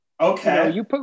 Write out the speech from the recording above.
Okay